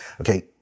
Okay